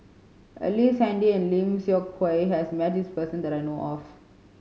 Ellice Handy and Lim Seok Hui has met this person that I know of